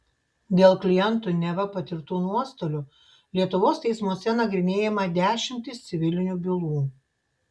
dėl klientų neva patirtų nuostolių lietuvos teismuose nagrinėjama dešimtys civilinių bylų